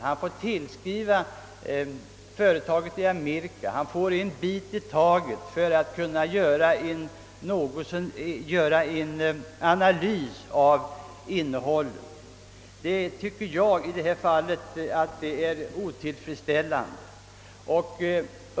Han får tillskriva företaget i USA och har att samla in en bit i taget för att kunna göra en analys av innehållet. Jag tycker att detta förhållande är otillfredsställande.